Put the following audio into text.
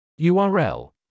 URL